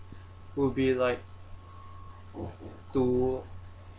would be like to